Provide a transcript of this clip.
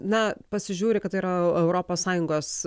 na pasižiūri kad tai yra europos sąjungos